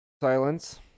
Silence